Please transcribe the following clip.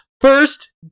first